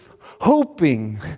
hoping